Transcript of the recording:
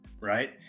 right